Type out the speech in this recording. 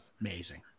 amazing